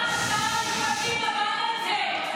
אבל נעמה, שר המשפטים עבד על זה.